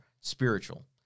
spiritual